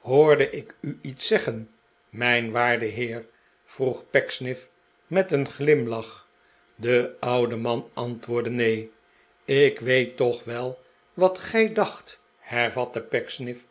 hoorde ik u iets zeggen mijn waarde heer vroeg pecksniff met een glimlach de oude man antwoordde neen ik weet toch wel wat gij dacht